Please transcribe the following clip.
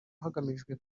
hagamijwe